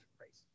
race